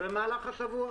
במהלך השבוע.